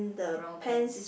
brown pants